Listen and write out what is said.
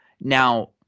Now